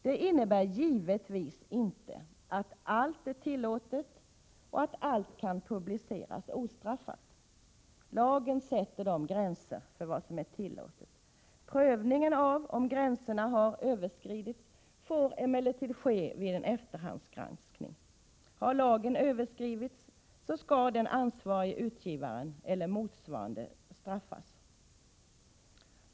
Det innebär givetvis inte att allt är tillåtet och att allt kan publiceras ostraffat. Lagen sätter gränser för vad som är tillåtet. Prövningen av om gränserna har överskridits får emellertid ske vid en efterhandsgranskning. Har lagen överskridits, skall den ansvarige utgivaren eller motsvarande straffas.